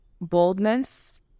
boldness